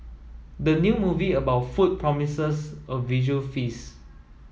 the new movie about food promises a visual feast